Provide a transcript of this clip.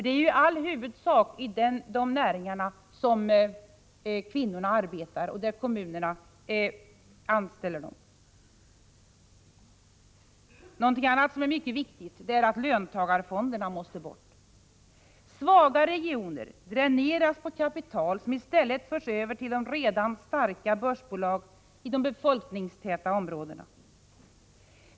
Det är ju i all huvudsak i de näringar där kommunerna anställer dem som kvinnorna arbetar. Någonting som också är mycket viktigt är att löntagarfonderna måste bort. Svagare regioner dräneras på kapital, som i stället förs över till redan starka börsbolag i de befolkningstäta områdena.